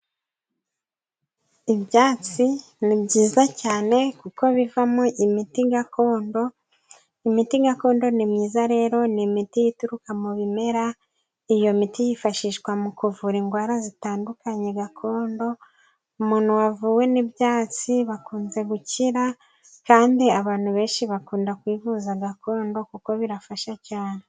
Ibyatsi ni byiza cyane kuko bivamo imiti gakondo, imiti gakondo ni myiza rero ni imiti ituruka mu bimera iyo miti yifashishwa mu kuvura indwara zitandukanye gakondo. Umuntu wavuwe n'ibyatsi akunze gukira, kandi abantu benshi bakunda kwivuza gakondo kuko birafasha cyane.